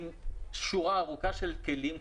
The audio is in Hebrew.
עם שורה ארוכה של כלים,